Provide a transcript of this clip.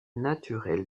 naturel